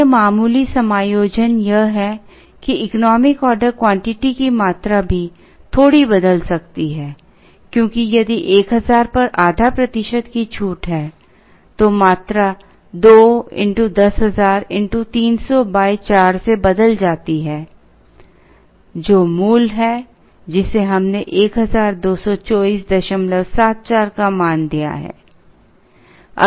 अन्य मामूली समायोजन यह है कि इकोनॉमिक ऑर्डर क्वांटिटी की मात्रा भी थोड़ी बदल सकती है क्योंकि यदि 1000 पर आधा प्रतिशत की छूट है तो मात्रा 2 x10000 x 300 4 से बदल जाती है जो मूल है जिसने हमें 122474 का मान दिया है